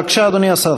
בבקשה, אדוני השר.